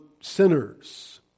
sinners